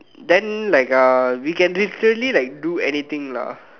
then like uh we can literally like do anything lah